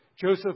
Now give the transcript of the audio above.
Joseph